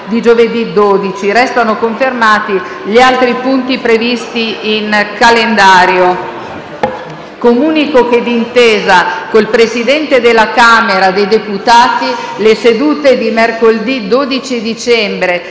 Grazie a tutti